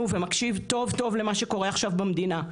ומקשיב טוב טוב למה שקורה עכשיו במדינה,